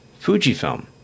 Fujifilm